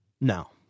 No